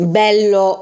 bello